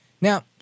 Now